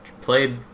played